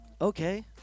Okay